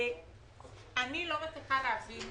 אני לא מצליחה להבין